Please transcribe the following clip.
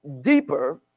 deeper